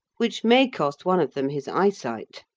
which may cost one of them his eyesight.